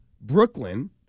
Brooklyn